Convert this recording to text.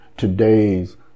today's